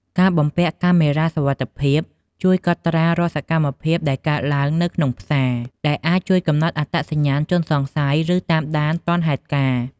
ការបំពាក់កាមេរ៉ាសុវត្ថិភាពជួយកត់ត្រារាល់សកម្មភាពដែលកើតឡើងនៅក្នុងផ្សារ ដែលអាចជួយកំណត់អត្តសញ្ញាណជនសង្ស័យ ឬតាមដានទាន់ហេតុការណ៍។